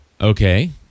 Okay